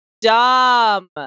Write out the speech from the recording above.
dumb